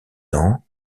ans